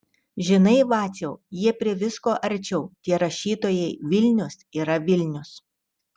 žinai vaciau jie prie visko arčiau tie rašytojai vilnius yra vilnius